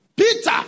Peter